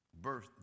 birth